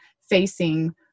facing